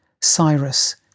Cyrus